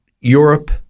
Europe